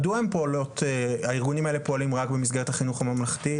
מדוע הארגונים האלה פועלים רק במסגרת החינוך הממלכתי?